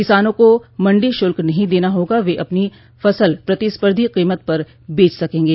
किसानों को मंण्डी शुल्क नहीं देना होगा वे अपनी फसल प्रतिस्पधी कीमत पर बेच सकेंगे